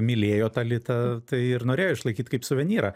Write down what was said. mylėjo tą litą tai ir norėjo išlaikyt kaip suvenyrą